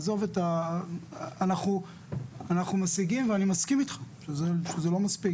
עזוב את ה- -- אנחנו משיגים ואני מסכים איתך שזה לא מספיק.